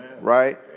Right